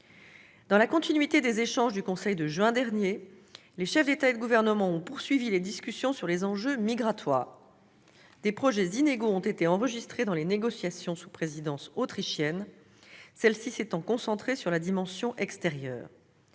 Dans la continuité des échanges du Conseil de juin dernier, les chefs d'État et de gouvernement ont poursuivi les discussions sur les enjeux migratoires. Des progrès inégaux ont été enregistrés dans les négociations sous présidence autrichienne, celle-ci s'étant concentrée sur la dimension extérieure.